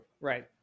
Right